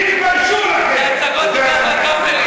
תתביישו לכם.